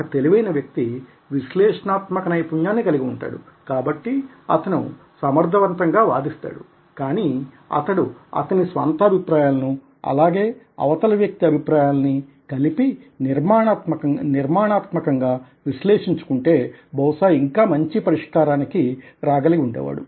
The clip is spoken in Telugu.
ఒక తెలివైన వ్యక్తి విశ్లేషణాత్మక నైపుణ్యాన్ని కలిగి ఉంటాడు కాబట్టి అతను సమర్థవంతంగా వాదిస్తాడు కానీ అతడు అతని స్వంత అభిప్రాయాలను అలాగే అవతల వ్యక్తి అభిప్రాయాల్ని కలిపి నిర్మాణాత్మకంగా విశ్లేషించుకుంటే బహుశా ఇంకా మంచి పరిష్కారానికి రాగలిగి వుండేవాడు